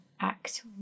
act